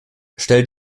stell